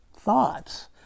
thoughts